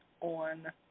on